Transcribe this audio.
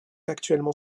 actuellement